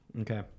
Okay